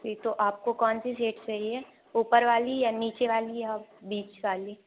जी तो आपको कौनसी सीट चाहिए ऊपर वाली या नीचे वाली या बीच वाली